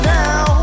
now